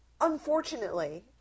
unfortunately